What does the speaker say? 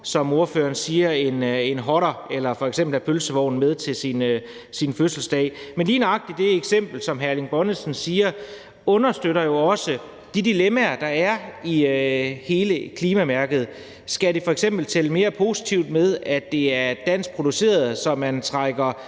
som ordføreren siger, en hotter, eller man f.eks. ikke kan have pølsevognen med til sin fødselsdag. Men lige nøjagtig det eksempel, som hr. Erling Bonnesen giver, understøtter jo også de dilemmaer, der er i forhold til hele klimamærket. Skal det f.eks. tælle mere positivt med, at det er dansk produceret, så man trækker